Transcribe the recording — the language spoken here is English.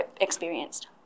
experienced